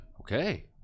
Okay